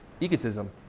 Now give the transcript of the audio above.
egotism